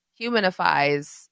humanifies